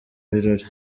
ibirori